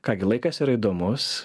ką gi laikas yra įdomus